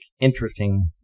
interesting